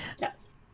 Yes